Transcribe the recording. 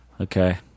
Okay